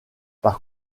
par